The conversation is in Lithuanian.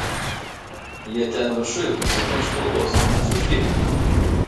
jie ten viršuj prisikimš pilvus nes už dyka